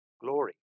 glory